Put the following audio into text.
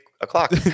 o'clock